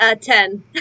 ten